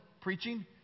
preaching